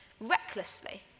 recklessly